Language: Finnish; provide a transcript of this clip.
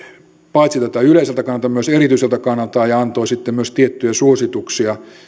paitsi yleiseltä kannalta myös erityiseltä kannalta ja antoi sitten myös tiettyjä suosituksia